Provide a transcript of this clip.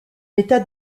état